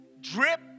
drip